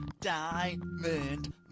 Diamond